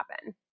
happen